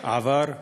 עבר.